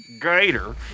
gator